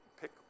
pick